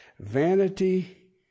Vanity